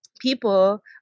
people